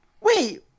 Wait